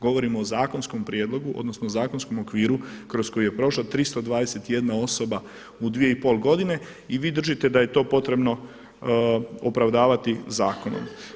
Govorimo o zakonskom prijedlogu odnosno o zakonskom okviru kroz koji je prošla 321 osoba u 2,5 godine i vi držite da je to potrebno opravdavati zakonom.